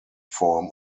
form